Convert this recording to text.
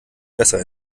besser